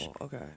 Okay